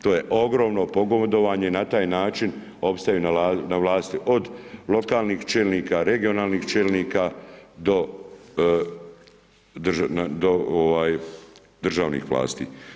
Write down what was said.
To je ogromno pogodovanje na taj način opstaju na vlasti od lokalnih čelnika, od regionalnih čelnika do državnih vlasti.